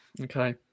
okay